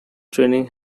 training